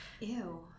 Ew